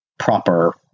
proper